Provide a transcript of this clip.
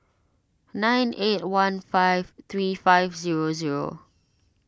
nine eight one five three five zero zero